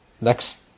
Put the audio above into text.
next